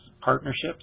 partnerships